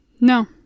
No